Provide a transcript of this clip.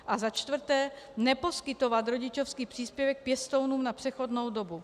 A za čtvrté neposkytovat rodičovský příspěvek pěstounům na přechodnou dobu.